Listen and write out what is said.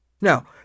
Now